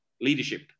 leadership